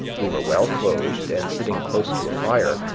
who were well clothed and sitting close to a fire,